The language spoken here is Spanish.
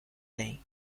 ley